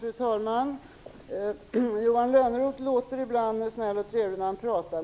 Fru talman! Johan Lönnroth låter ibland snäll och trevlig när han pratar.